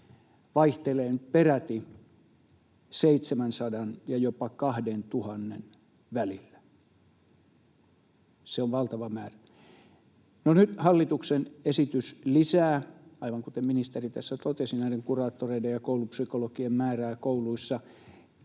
vaihtelee peräti 700:n ja jopa 2 000:n välillä — se on valtava määrä. No, nyt hallituksen esitys lisää, aivan kuten ministeri tässä totesi, näiden kuraattoreiden ja koulupsykologien määrää kouluissa,